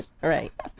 Right